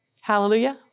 Hallelujah